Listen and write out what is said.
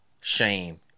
shame